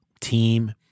team